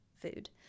food